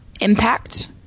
impact